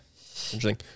Interesting